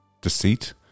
deceit